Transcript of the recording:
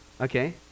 Okay